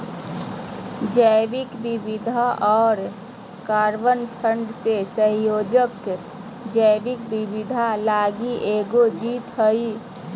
जैव विविधता और कार्बन फंड के संयोजन जैव विविधता लगी एगो जीत हइ